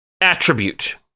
attribute